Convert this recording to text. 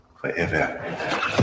forever